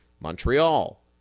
Montreal